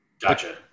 gotcha